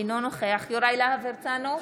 אינו נוכח יוראי להב הרצנו,